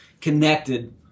connected